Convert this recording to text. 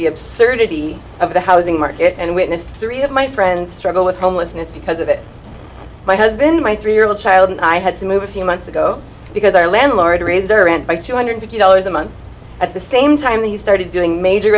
the absurdity of the housing market and witnessed three of my friends struggle with homelessness because of it my husband my three year old child and i had to move a few months ago because our landlord raised their rent by two hundred fifty dollars a month at the same time he started doing major